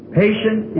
patient